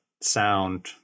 sound